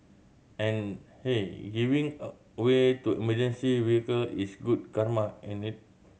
and hey giving a way to emergency vehicle is good karma ain't it